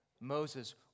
Moses